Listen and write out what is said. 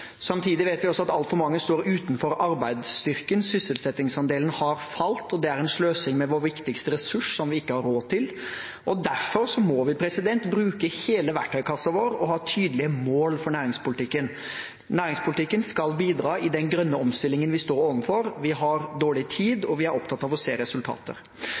Samtidig vet vi også at altfor mange står utenfor arbeidsstyrken. Sysselsettingsandelen har falt, og det er en sløsing med vår viktigste ressurs som vi ikke har råd til. Derfor må vi bruke hele verktøykassen vår og ha tydelige mål for næringspolitikken. Næringspolitikken skal bidra i den grønne omstillingen vi står overfor. Vi har dårlig tid, og vi er opptatt av å se resultater.